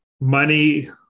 money